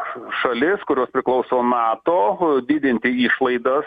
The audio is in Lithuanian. šalis kurios priklauso nato didinti išlaidas